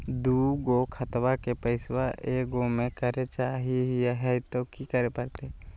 दू गो खतवा के पैसवा ए गो मे करे चाही हय तो कि करे परते?